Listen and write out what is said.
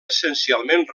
essencialment